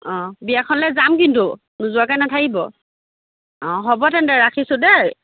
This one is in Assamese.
অঁ বিয়াখনলৈ যাম কিন্তু নোযোৱাকৈ নাথাকিব অঁ হ'ব তেন্তে ৰাখিছোঁ দেই